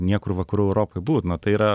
niekur vakarų europoj būt na tai yra